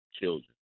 children